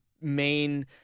main